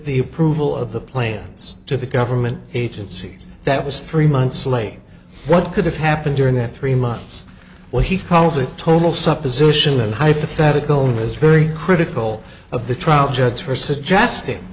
the approval of the plans to the government agencies that was three months late what could have happened during that three months what he calls a total supposition and hypothetical is very critical of the trial judge for suggesting